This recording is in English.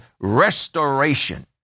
restoration